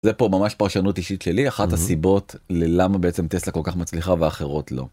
זה פה ממש פרשנות אישית שלי אחת הסיבות ללמה בעצם טסלה כל כך מצליחה ואחרות לא.